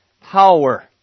power